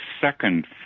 second